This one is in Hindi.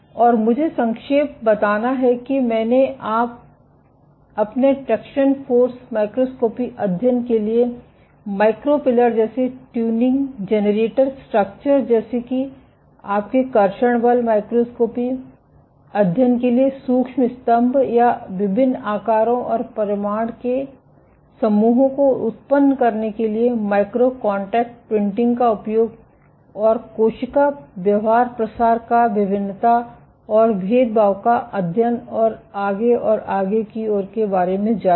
और मुझे संक्षेप बताना है कि मैंने आप अपने ट्रैक्शन फोर्स माइक्रोस्कोपी अध्ययन के लिए माइक्रो पिलर जैसे ट्यूनिंग जनरेटिंग स्ट्रक्चर जैसे कि आपके कर्षण बल माइक्रोस्कोपी अध्ययन के लिए सूक्ष्म स्तंभ या विभिन्न आकारों और परिमाण के समूहों को उत्पन्न करने के लिए माइक्रो कान्टैक्ट प्रिंटिंग का उपयोग और कोशिका व्यवहार प्रसार का विभिन्नता और भेदभाव का अध्ययन और आगे और आगे की ओर के बारे में जाना